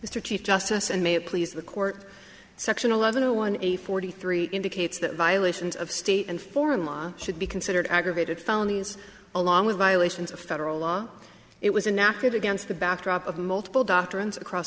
mr chief justice and may it please the court section eleven zero one eight forty three indicates that violations of state and foreign law should be considered aggravated felonies along with violations of federal law it was inactive against the backdrop of multiple doctrines across